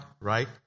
right